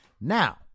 Now